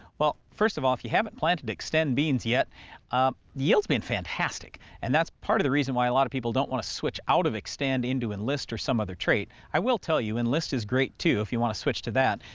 well, first of all, if you haven't planted xtend beans yet yield's been fantastic. and that's part of the reason why a lot people don't want to switch out of xtend into enlist or some other trait. trait. i will tell you enlist is great, too, if you want to switch to that,